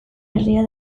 herria